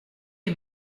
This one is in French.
est